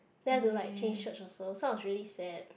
then I have to like change church also so I was really sad